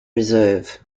reserve